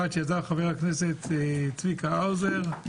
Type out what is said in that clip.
אחת שיזם חבר הכנסת צביקה האוזר,